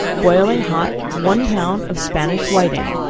boiling hot, one pound of spanish whiting,